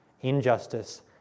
injustice